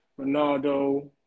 Ronaldo